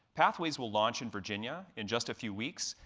pathways will launch in virginia in just a few weeks,